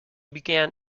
began